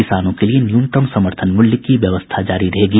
किसानों के लिए न्यूनतम समर्थन मूल्य की व्यवस्था जारी रहेगी